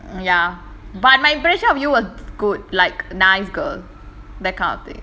mm ya but my impression of you was good like nice girl that kind of thing